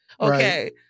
Okay